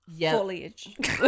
foliage